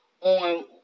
on